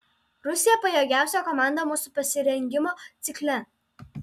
rusija pajėgiausia komanda mūsų pasirengimo cikle